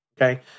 Okay